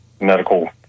medical